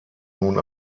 nun